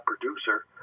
producer